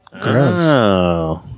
Gross